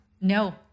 No